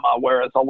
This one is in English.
whereas